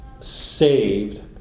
saved